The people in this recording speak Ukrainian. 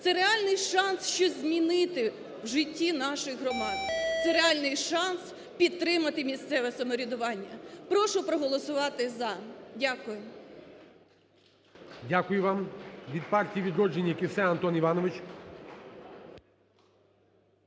це реальний шанс, щось змінити в житті наших громад, це реальний шанс підтримати місцеве самоврядування. Прошу проголосувати "за". Дякую. ГОЛОВУЮЧИЙ. Дякую вам. Від партії "Відродження" – Кіссе Антон Іванович.